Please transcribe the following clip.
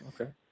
Okay